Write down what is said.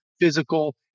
physical